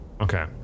Okay